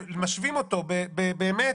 משווים אותו באמת